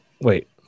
Wait